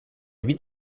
huit